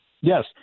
Yes